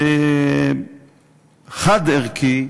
חד-ערכי,